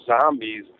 zombies